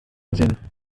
asien